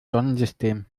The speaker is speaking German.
sonnensystem